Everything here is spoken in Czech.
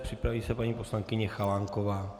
Připraví se paní poslankyně Chalánková.